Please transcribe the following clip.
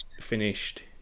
finished